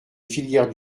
filière